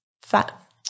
fat